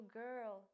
girl